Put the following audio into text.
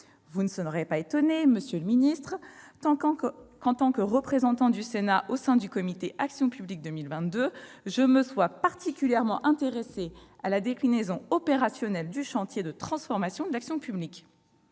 vous ne serez pas étonné que, en tant que représentant du Sénat au sein du comité Action publique 2022, je me sois particulièrement intéressée à la déclinaison opérationnelle du chantier de transformation de l'action publique.